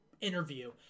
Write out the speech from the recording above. interview